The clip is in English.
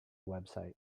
website